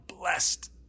blessed